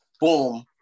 boom